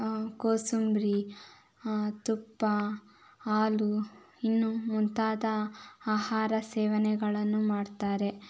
ಕೋಸುಂಬರಿ ತುಪ್ಪ ಹಾಲು ಇನ್ನೂ ಮುಂತಾದ ಆಹಾರ ಸೇವನೆಗಳನ್ನು ಮಾಡ್ತಾರೆ